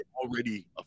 already